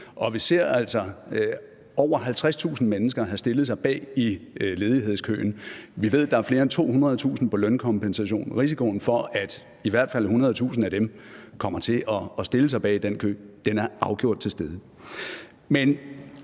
vi ser altså, at over 50.000 mennesker har stillet sig op i ledighedskøen; vi ved, at der er flere end 200.000 på lønkompensation, og risikoen for, at i hvert fald 100.000 af dem kommer til at stille sig i den kø, er afgjort til stede.